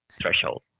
threshold